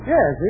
Yes